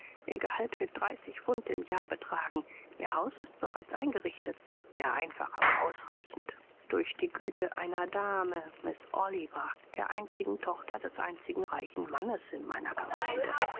ihr gehalt wird dreißig pfund im jahr betragen ihr haus ist bereits eingerichtet sehr einfach aber ausreichend durch die güte einer dame miß oliver der einzigen tochter des einzigen reichen mannes in meiner gemeinde